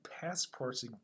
passports